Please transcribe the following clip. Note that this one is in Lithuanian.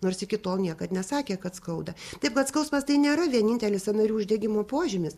nors iki tol niekad nesakė kad skauda taip kad skausmas tai nėra vienintelis sąnarių uždegimo požymis